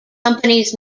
companies